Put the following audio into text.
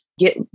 get